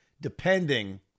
depending